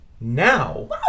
Now